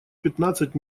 пятнадцать